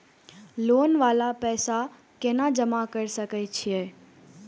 Loan वाला पैसा केना जमा कर सके छीये?